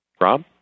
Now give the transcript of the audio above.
Rob